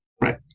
Right